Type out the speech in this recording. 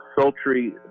sultry